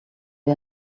wir